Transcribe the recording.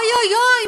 אוי-אוי-אוי,